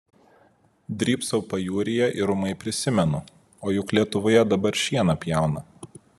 drybsau pajūryje ir ūmai prisimenu o juk lietuvoje dabar šieną pjauna